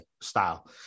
style